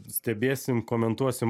stebėsim komentuosim